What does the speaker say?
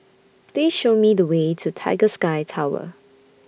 Please Show Me The Way to Tiger Sky Tower